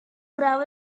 gravel